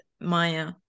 Maya